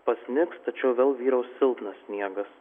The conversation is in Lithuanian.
pasnigs tačiau vėl vyraus silpnas sniegas